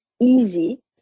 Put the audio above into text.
easy